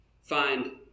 find